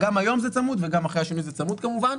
גם היום צמוד וגם אחרי השינוי זה צמוד כמובן.